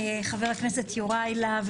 חבר הכנסת יוראי להב